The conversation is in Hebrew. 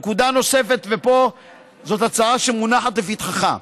נקודה נוספת, ופה זאת הצעה שמונחת לפתחך.